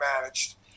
managed